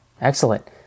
Excellent